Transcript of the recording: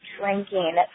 drinking